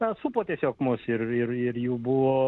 na supo tiesiog mus ir ir ir jų buvo